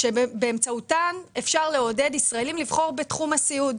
שבאמצעותן אפשר לעודד ישראלים לבחור בתחום הסיעוד,